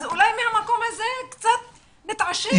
אז אולי מהמקום הזה קצת נתעשת.